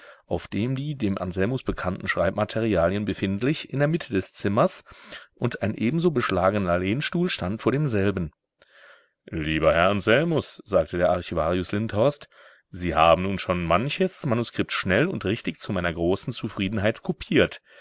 auf dem die dem anselmus bekannten schreibmaterialien befindlich in der mitte des zimmers und ein ebenso beschlagener lehnstuhl stand vor demselben lieber herr anselmus sagte der archivarius lindhorst sie haben nun schon manches manuskript schnell und richtig zu meiner großen zufriedenheit kopiert